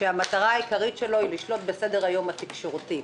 ושהמטרה העיקרית שלו לשלוט בסדר-היום התקשורתי.